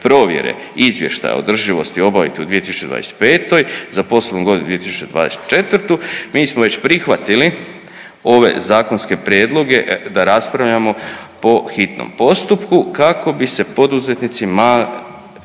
provjere izvještaja o održivosti obaviti u 2025. za poslovnu godinu 2024. mi smo već prihvatili ove zakonske prijedloge da raspravljamo po hitnom postupku kako bi se poduzetnicima